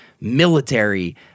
military